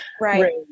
right